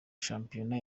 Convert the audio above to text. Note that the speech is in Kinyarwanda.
shampiona